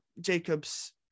Jacob's